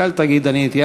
רק אל תגיד: אני התייאשתי.